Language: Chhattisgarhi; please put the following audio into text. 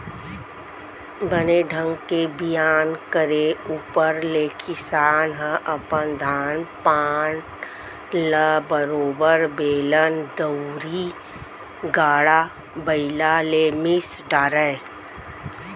बने ढंग के बियान करे ऊपर ले किसान ह अपन धान पान ल बरोबर बेलन दउंरी, गाड़ा बइला ले मिस डारय